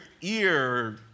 ear